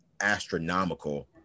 astronomical